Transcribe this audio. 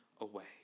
away